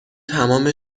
تمام